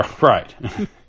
Right